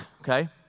okay